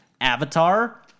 Avatar